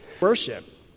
Worship